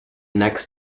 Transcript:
next